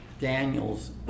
Daniel's